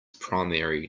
primary